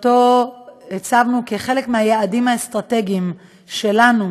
שהצבנו כחלק מהיעדים האסטרטגיים שלנו